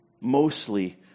Mostly